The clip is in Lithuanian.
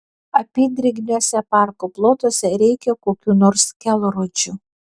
apydrėgniuose parko plotuose reikia kokių nors kelrodžių